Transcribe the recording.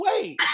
wait